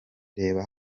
reba